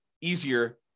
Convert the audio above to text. easier